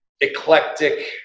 eclectic